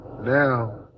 Now